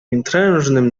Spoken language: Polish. mitrężnym